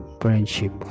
friendship